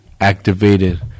activated